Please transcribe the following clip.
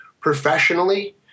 professionally